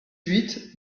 huit